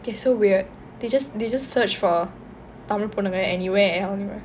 they so weird they just they just search for tamil பொண்ணுங்க:ponnunga anywhere or